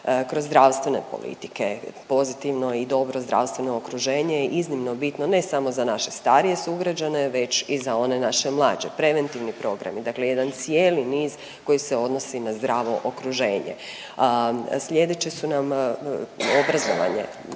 kroz zdravstvene politike, pozitivno i dobro zdravstveno okruženje je iznimno bitno ne samo za naše starije sugrađane, već i za one naše mlađe. Preventivni programi, dakle jedan cijeli niz koji se odnosi na zdravo okruženje. Sljedeći su nam obrazovanje.